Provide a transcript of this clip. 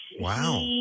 Wow